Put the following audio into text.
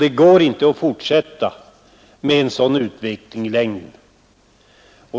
En sådan utveckling kan inte få fortsätta i längden.